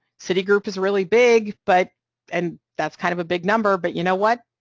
citi group is a really big but and that's kind of a big number but, you know what,